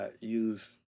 use